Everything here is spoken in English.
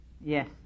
Yes